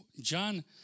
John